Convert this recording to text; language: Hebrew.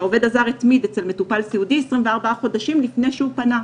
שהעובד הזר התמיד אצל מטופל סיעודי למשך 24 חודשים לפני שהוא פנה,